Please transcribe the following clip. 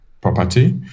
property